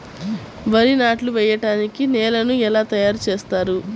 వరి నాట్లు వేయటానికి నేలను ఎలా తయారు చేస్తారు?